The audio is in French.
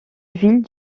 ville